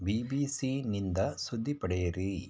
B B ಸಿನಿಂದ ಸುದ್ದಿ ಪಡೆಯಿರಿ